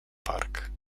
park